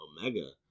Omega